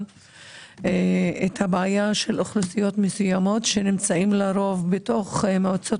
את הבעיה של אוכלוסיות מסוימות שנמצאים לרוב בתוך מועצות